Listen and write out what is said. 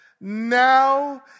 now